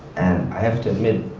and i have to admit,